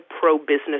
pro-business